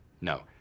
No